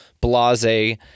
blase